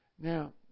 Now